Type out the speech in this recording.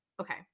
okay